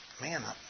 man